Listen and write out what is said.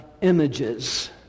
images